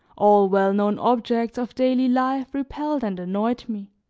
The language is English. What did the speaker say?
all well-known objects of daily life repelled and annoyed me